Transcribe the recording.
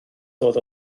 dod